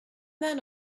then